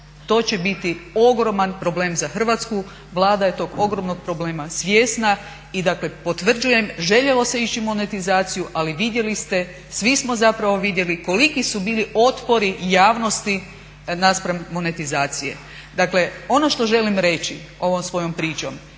To će biti ogroman problem za Hrvatsku. Vlada je tog ogromnog problema svjesna i dakle potvrđujem željelo se ići u monetizaciju ali vidjeli ste svi smo zapravo vidjeli koliki su bili otpori javnosti naspram monetizacije. Dakle, ono što želim reći ovom svojom pričom,